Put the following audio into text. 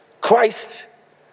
Christ